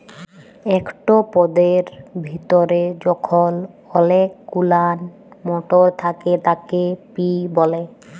একট পদের ভিতরে যখল অলেক গুলান মটর থ্যাকে তাকে পি ব্যলে